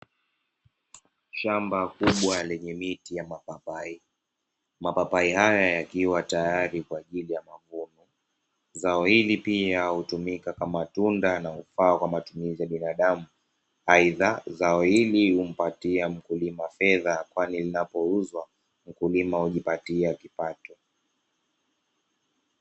Shamba kubwa lenye miti ya mipapai, mapapai haya yakiwa tayari kwa ajili ya mavuno. Zao hili pia hutumika kama tunda la kufaa kwa ajili ya matumizi ya binadamu. Aidha zao hili humpatia mkulima fedha, kwani linapouzwa mkulima hujipatia kipato.